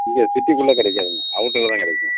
இங்கே சிட்டிக்குள்ளே கிடைக்காதுங்க அவுட்டரில் தான் கிடைக்கும்